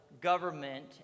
government